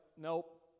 nope